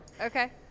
Okay